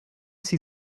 sie